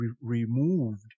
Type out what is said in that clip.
removed